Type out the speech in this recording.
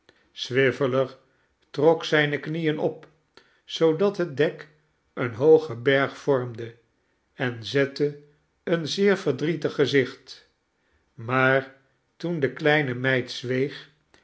swiveller trok zijne knieen op zoodat het dek een hoogen berg vormde en zette een zeer verdrietig gezicht maar toen de kleine meid zweeg